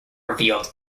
revealed